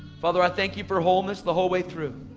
father i thank you for wholeness the whole way through.